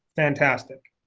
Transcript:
fantastic.